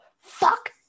fuck